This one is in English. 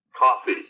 coffee